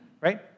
right